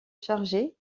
chargées